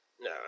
No